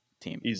team